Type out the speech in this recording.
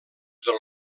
del